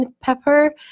Pepper